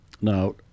Now